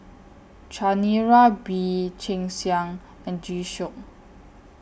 Chanira Bee Cheng Xiang and G Shock